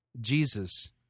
Jesus